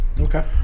Okay